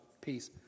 peace